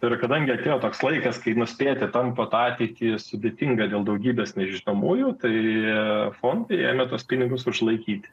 ir kadangi atėjo toks laikas kai nuspėti tampa tą ateitį sudėtinga dėl daugybės nežinomųjų tai tie fondai ėmė tuos pinigus išlaikyti